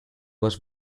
was